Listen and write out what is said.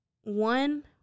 one